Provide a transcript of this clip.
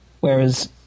Whereas